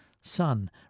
Son